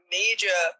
major